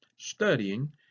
studying